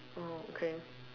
oh okay